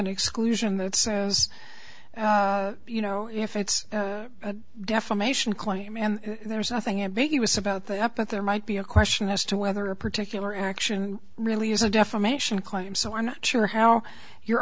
an exclusion that says you know if it's a defamation claim and there's nothing in vegas about the app that there might be a question as to whether a particular action really is a defamation claim so i'm not sure how your